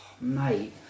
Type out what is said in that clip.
mate